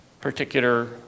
particular